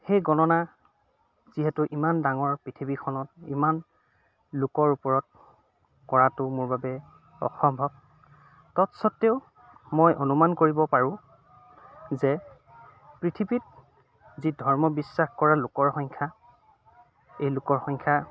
সেই গণনা যিহেতু ইমান ডাঙৰ পৃথিৱীখনত ইমান লোকৰ ওপৰত কৰাটো মোৰ বাবে অসম্ভৱ তৎসত্বেও মই অনুমান কৰিব পাৰোঁ যে পৃথিৱীত যি ধৰ্ম বিশ্বাস কৰা লোকৰ সংখ্যা এই লোকৰ সংখ্যা